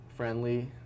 Friendly